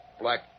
black